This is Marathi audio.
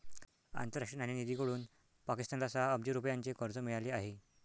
आंतरराष्ट्रीय नाणेनिधीकडून पाकिस्तानला सहा अब्ज रुपयांचे कर्ज मिळाले आहे